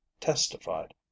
testified